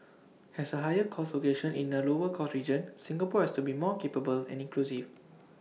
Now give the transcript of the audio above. as A higher cost location in A lower cost region Singapore has to be more capable and inclusive